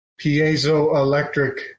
piezoelectric